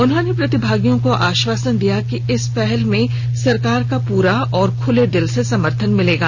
उन्होंने प्रतिभागियों को आश्वासन दिया कि इस पहल में सरकार का पूरा और खुले दिल से समर्थन मिलेगा